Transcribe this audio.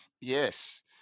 yes